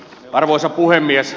arvoisa puhemies